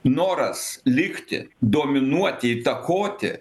noras likti dominuoti įtakoti